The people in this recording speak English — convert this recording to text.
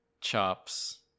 chops